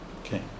Okay